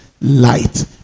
light